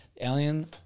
Alien